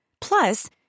Plus